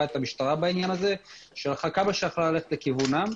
את המשטרה בעניין הזה שהלכה כמה שיכלה ללכת לכיוונם.